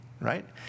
Right